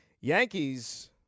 Yankees